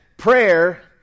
Prayer